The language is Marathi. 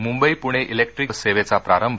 मुंबई पुणे जिक्ट्रिक बस सेवेचा प्रारंभ